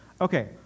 Okay